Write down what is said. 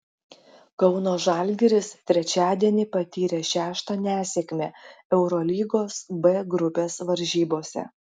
kauno žalgiris trečiadienį patyrė šeštą nesėkmę eurolygos b grupės varžybose